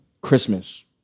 Christmas